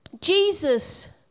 Jesus